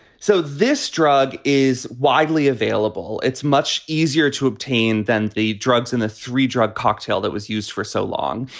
so this drug is widely available. it's much easier to obtain than the drugs in the three drug cocktail that was used for so long.